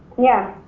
yeah.